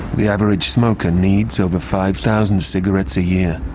the average smoker needs over five thousand cigarettes a year.